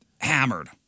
hammered